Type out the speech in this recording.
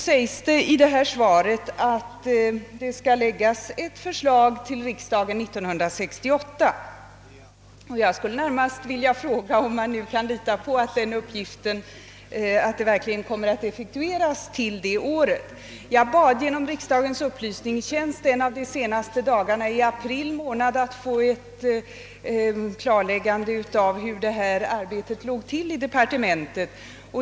Statsrådet säger i svaret att förslag kommer att läggas på riksdagens bord 1968, och då vill jag fråga om man verkligen kan lita på att så kommer att ske. En av de sista dagarna i april i år bad jag riksdagens upplysningstjänst få ett klarläggande av hur detta arbete låg till i departementet.